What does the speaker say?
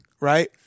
right